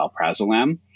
Alprazolam